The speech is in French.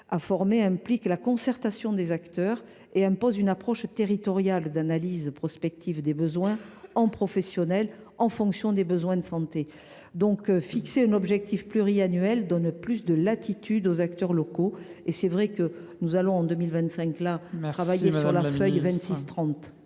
à former implique la concertation des acteurs et impose une approche territoriale d’analyse prospective des besoins en professionnels, en fonction des besoins de santé. Fixer un objectif pluriannuel donne donc plus de latitude aux acteurs locaux. Nous travaillerons en 2025 sur la feuille de